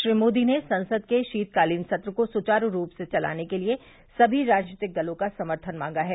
श्री मोदी ने संसद के शीतकालीन सत्र को सुचारू रूप से चलाने के लिए सभी राजनीतिक दलों का समर्थन मांगा है